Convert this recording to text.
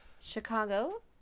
Chicago